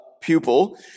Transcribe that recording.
pupil